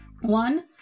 one